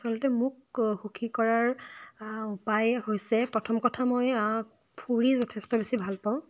আচলতে মোক সুখী কৰাৰ উপায় হৈছে প্ৰথম কথা মই ফুৰি যথেষ্ট বেছি ভাল পাওঁ